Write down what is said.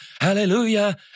hallelujah